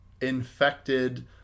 infected